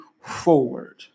forward